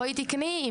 בואי תקני,